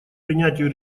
принятию